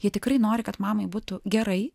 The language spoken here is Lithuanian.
jie tikrai nori kad mamai būtų gerai